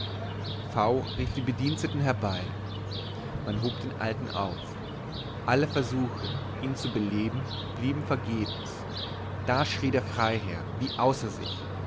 v rief die bedienten herbei man hob den alten auf alle versuche ihn zu beleben blieben vergebens da schrie der freiherr wie außer sich